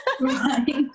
Right